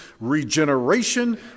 regeneration